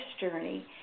journey